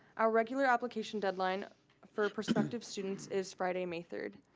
our regular application deadline for perspective students is friday, may third.